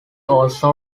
also